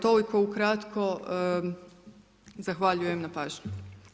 Toliko ukratko, zahvaljujem na pažnji.